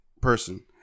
person